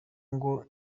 ngo